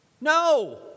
No